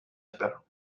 other